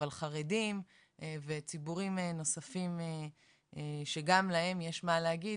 אבל חרדים וציבורים נוספים שגם להם יש מה להגיד.